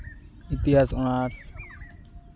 ᱤᱛᱤᱦᱟᱥ ᱚᱱᱟᱨᱥ